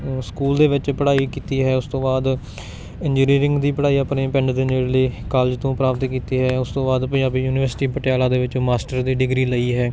school ਦੇ ਵਿੱਚ ਪੜ੍ਹਾਈ ਕੀਤੀ ਹੈ ਉਸ ਤੋਂ ਬਾਅਦ ਇੰਜੀਨੀਅਰਿੰਗ ਦੀ ਪੜ੍ਹਾਈ ਆਪਣੇ ਪਿੰਡ ਦੇ ਨੇੜਲੇ ਕਾਲਜ ਤੋਂ ਪ੍ਰਾਪਤ ਕੀਤੀ ਹੈ ਉਸ ਤੋਂ ਬਾਅਦ ਪੰਜਾਬੀ ਯੂਨੀਵਰਸਿਟੀ ਪਟਿਆਲਾ ਦੇ ਵਿੱਚੋਂ ਮਾਸਟਰ ਦੀ ਡਿਗਰੀ ਲਈ ਹੈ